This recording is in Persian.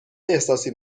احساسی